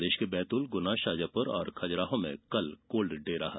प्रदेश के बैतूल गुना शाजापुर और खजुराहो में कल कोल्ड डे रहा